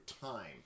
time